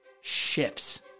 shifts